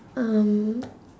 um